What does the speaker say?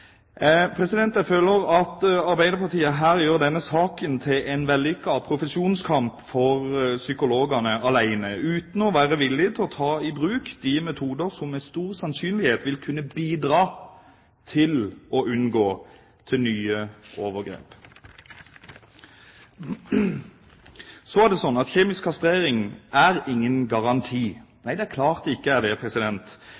Jeg føler at Arbeiderpartiet her gjør denne saken til en vellykket profesjonskamp for psykologene alene, uten å være villig til å ta i bruk de metoder som med stor sannsynlighet vil kunne bidra til å unngå nye overgrep. Så er det sånn at kjemisk kastrering er ingen garanti.